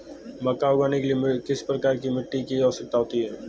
मक्का उगाने के लिए किस प्रकार की मिट्टी की आवश्यकता होती है?